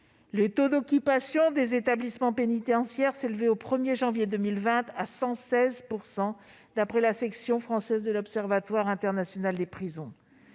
Le taux d'occupation des établissements pénitentiaires s'élevait à 116 %, au 1 janvier 2020, d'après la section française de l'Observatoire international des prisons.